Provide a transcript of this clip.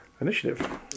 Initiative